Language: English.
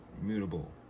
mutable